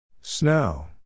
Snow